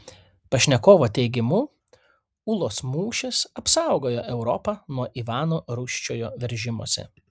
pašnekovo teigimu ūlos mūšis apsaugojo europą nuo ivano rūsčiojo veržimosi